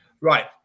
Right